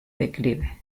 declive